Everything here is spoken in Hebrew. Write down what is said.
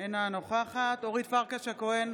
אינה נוכחת אורית פרקש הכהן,